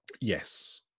Yes